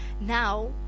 Now